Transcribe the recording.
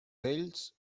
vells